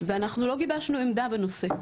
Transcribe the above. ואנחנו לא גיבשנו עמדה בנושא,